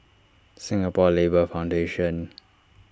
Singapore Labour Foundation